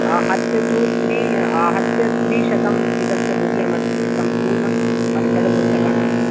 आहत्य तु त्रि आहत्य त्रिशतम् एतस्य मूल्यम् अस्ति सम्पूर्ण षड् पुस्तकानां